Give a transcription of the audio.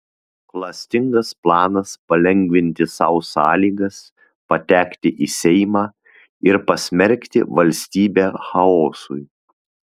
klastingas planas palengvinti sau sąlygas patekti į seimą ir pasmerkti valstybę chaosui